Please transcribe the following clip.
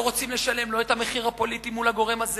לא רוצים לשלם לא את המחיר הפוליטי מול הגורם הזה